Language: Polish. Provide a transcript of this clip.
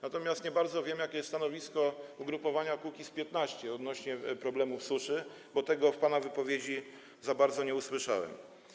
Natomiast nie bardzo wiem, jakie jest stanowisko ugrupowania Kukiz’15 odnośnie do problemu suszy, bo tego w pana wypowiedzi za bardzo nie usłyszałem.